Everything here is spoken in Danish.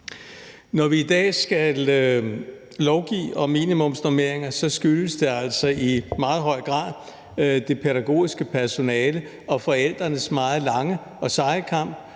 Når vi i dag skal lovgive om minimumsnormeringer, skyldes det altså i meget høj grad det pædagogiske personales og forældrenes meget lange og seje kamp.